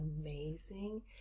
amazing